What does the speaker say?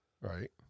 Right